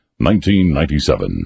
1997